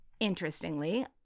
Interestingly